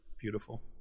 beautiful